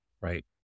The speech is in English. Right